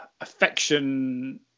affection